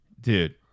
dude